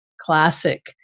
classic